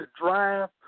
drive